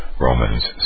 Romans